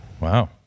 Wow